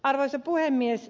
arvoisa puhemies